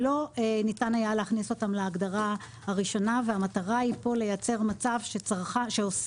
שלא ניתן היה להכניס אותן להגדרה הראשונה והמטרה היא פה לייצר מצב שעוסק